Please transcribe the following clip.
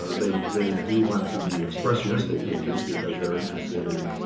ah they they do want to be expressionistic painters because they're interested in